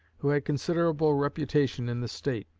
who had considerable reputation in the state.